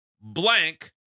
blank